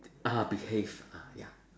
ah behave ah ya